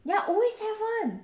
ya always have [one]